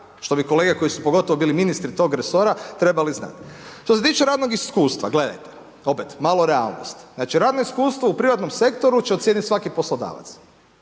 što bi kolege koji su pogotovo bili ministri tog resora trebali znati. Što se tiče radnog iskustva, gledajte opet malo realnosti, znači radno iskustvo u prirodnom sektoru će ocijeniti svaki poslodavac,